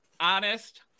honest